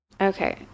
Okay